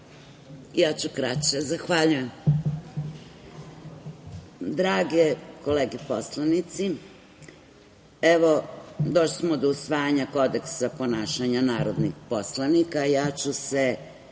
Sretenović** Zahvaljujem. Drage kolege poslanici, evo, došli smo do usvajanja Kodeksa ponašanja narodnih poslanika i ja ću se